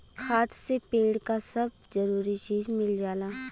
खाद से पेड़ क सब जरूरी चीज मिल जाला